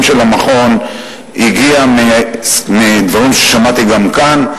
של המכון הגיע מדברים ששמעתי גם כאן,